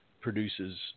produces